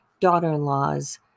daughter-in-laws